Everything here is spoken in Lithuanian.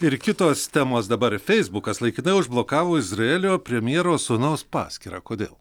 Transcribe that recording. ir kitos temos dabar feisbukas laikinai užblokavo izraelio premjero sūnaus paskyrą kodėl